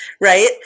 Right